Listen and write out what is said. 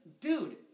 Dude